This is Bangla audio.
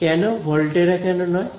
কেন ভলটেরা কেন নয়